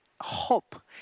hope